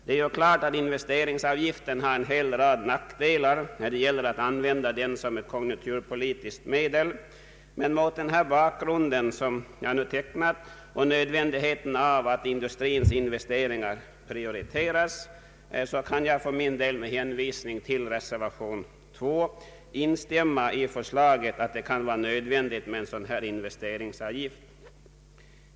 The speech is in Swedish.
Det är klart att investeringsavgiften har en hel rad nackdelar när det gäller att använda den som ett konjunkturpolitiskt medel, men mot den bakgrund jag tecknat och med hänsyn till nödvändigheten av att industrins investeringar prioriteras, kan jag för min del med hänvisning till reservationen 2 instämma i att det kan vara nödvändigt med en sådan här investeringsavgift.